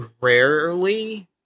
rarely